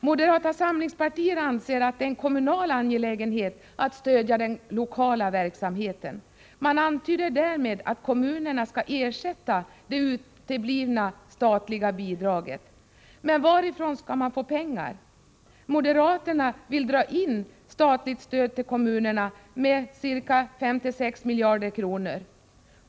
Moderata samlingspartiet anser att det är en kommunal angelägenhet att stödja den lokala verksamheten. Man antyder därmed att kommunerna skall ersätta det uteblivna statliga bidraget. Men varifrån skall de få pengarna? Moderaterna vill dra in statligt stöd till kommunerna med ca 5-6 miljarder kronor.